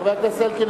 חבר הכנסת אלקין,